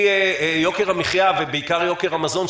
יוקר המחיה ובעיקר יוקר המזון,